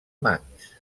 manx